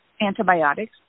antibiotics